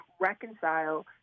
reconcile